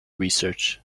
research